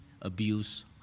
abuse